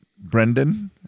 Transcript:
Brendan